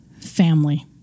family